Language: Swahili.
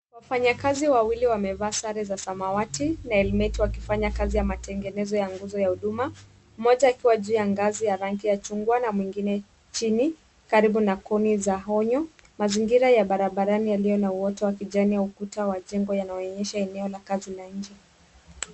Wafanyakazi wawili wamevaa sare za samawati na helmet wakifanya kazi ya matengenezo ya nguo ya huduma, mmoja akiwa juu ya ngazi ya rangi ya chungwa na mwingine chini karibu na kuni za onyo. Mazingira ya barabarani yaliyo na uoto wa kijani na ukuta wa jengo unaonyesha eneo la kazi la nje.